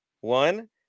one